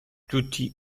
tutti